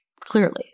clearly